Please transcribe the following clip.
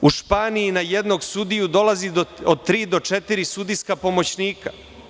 U Španiji na jednog sudiju dolazi od tri do četiri sudijska pomoćnika.